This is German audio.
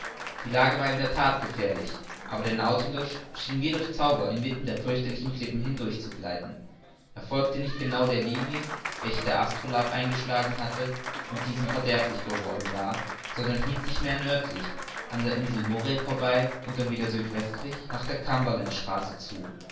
die lage war in der that gefährlich aber der nautilus schien wie durch zauber inmitten der fürchterlichen klippen hindurch zu gleiten er folgte nicht genau der linie welche der astrolabe eingeschlagen hatte und diesem verderblich geworden war sondern hielt sich mehr nördlich an der insel murray vorbei und dann wieder südwestlich nach der cumberlandstraße zu